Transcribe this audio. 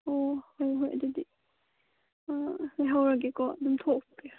ꯑꯣ ꯍꯣꯏ ꯍꯣꯏ ꯑꯗꯨꯗꯤ ꯂꯩꯍꯧꯔꯒꯦꯀꯣ ꯑꯗꯨꯝ ꯊꯣꯛꯇ꯭ꯔꯦ